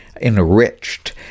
enriched